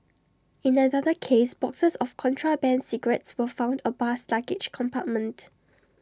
in another case boxes of contraband cigarettes were found A bus's luggage compartment